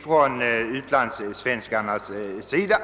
från utlandssvenskarnas sida.